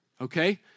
Okay